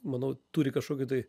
manau turi kažkokį tai